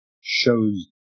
shows